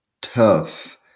tough